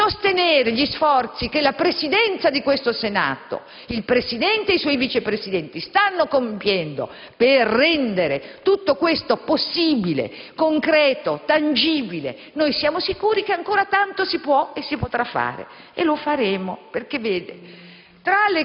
di sostenere gli sforzi che la Presidenza di questo Senato, il Presidente e i Vice Presidenti stanno compiendo per rendere tutto questo possibile, concreto, tangibile. Siamo sicuri che ancora tanto si può e si potrà fare, e lo faremo, perché tra